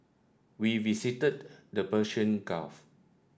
we visited the Persian Gulf